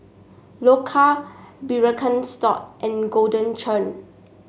Loacker Birkenstock and Golden Churn